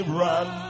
run